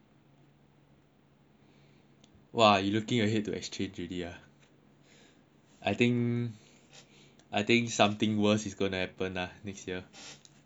!wah! you looking ahead to exchange already ha I think I think something worse is going to happen ah next year